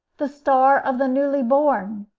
the star of the newly born.